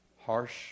harsh